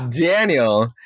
Daniel